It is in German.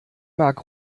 mag